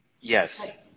Yes